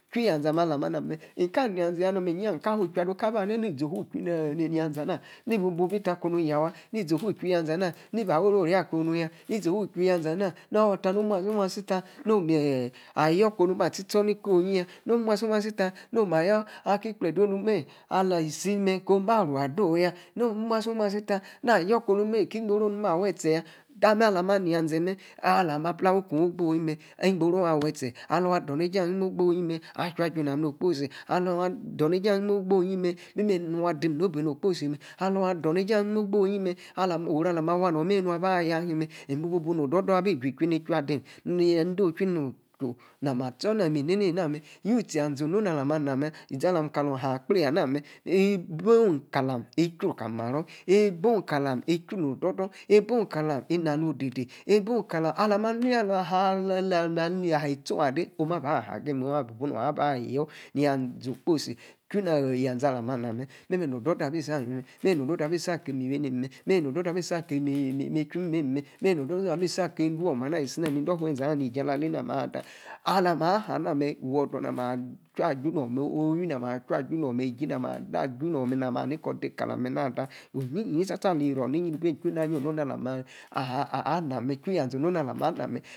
Chui ya-zee amer alah ma anah mer, nka mia-zee yanom, iyin-ya nka. Fuu-chui ado kaba haa ni-ni, izi ofu-chui, ma, amah, nebi bu, bi ta kumu yah waa, ni-izi oh, afuchi nia zee ama awo-oro-akuma yaa, ne-zi ofu- chui, yaza, amah, nota no-si-ta no meh, ayor ko-nu kpo stor niko kpa, tie stor, ni-ko-ya no-musi-musi-sta no ma-yor aki- ikpledeonu meh ali isi ko-ba ruw-adowu yaa tamen, alami ama. zee yaa, ahh alami, aplawa, ni-ko-ogboyi mer igboro, awe-tie, alu-ador, ne-jie amem ogboyi mer, ache-aju-nam, no-okposi alu ah, ador ne-ejie anime ogboyi memer, nah adim no be no-okposi alu-ador ni-ejie, anim ogboyi, oru, amah mi awa nor-mer, nua aba-ayor, ahimir mer mbi-bu, no-odor-dor abi ju-ichui, abi chui, ni-ichua-adim, ne-ende-ochui, nu-chu, na ma astor nami atastor nah eng-nena-mer, youtie yaza, omo-na alah ma anah mer, nam kalor akpleyi-haa, namer, ebah oh-kalam, ichui kali-maro ebah, oh kalam, ina no-odor dor, ebeh kalam, ina oh-odede, ebah kalam, ma anu-ya, aha alu, ahey tu-ade waa-ba ha-agim waa, nta, ibun aba yor yaze, okposi chui, nia-zee, alah ma-na-mer, memen no-odor-dor abi-si mememr odor-dor abi-si aki-miwinem-mer, mememr na-odor dor abi-si akim mer, memer odor-dor, abi si aki ne-echu imimem, odor-dor abi si aki bua, nede-woma amah, yeji alah-lona mer ada, all lah, ma-ha na-mer, wodar na-ma, atu aju no-owi na-ma ha, ni kor dekalam, iyi-yi sta-sta ali ru-ni iri bem